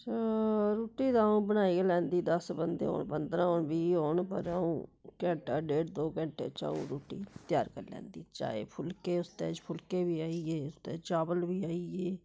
रुट्टी ते अ'ऊं बनाई गै लैंदी दस बंदे होन पंदरां होन बीह् होन पर अ'ऊं घैंटा डेढ दो घैंटे च अ'ऊं रुट्टी त्यार करी लैंदी चाहे फुलके उसदे च फुलके बी आई गे ते चावल बी आई गे